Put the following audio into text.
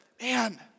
man